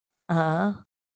ah